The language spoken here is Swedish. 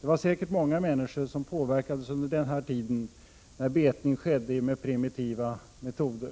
Det var säkert många människor som påverkades under denna tid, när betningen skedde med primitiva metoder.